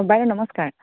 বাইদেউ নমস্কাৰ